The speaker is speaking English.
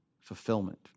fulfillment